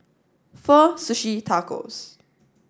Pho Sushi and Tacos